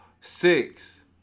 Six